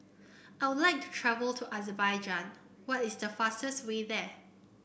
I would like to travel to Azerbaijan what is the fastest way there